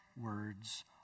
words